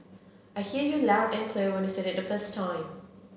I heard you loud and clear when you said it the first time